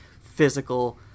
physical